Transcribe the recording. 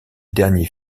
dernier